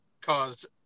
caused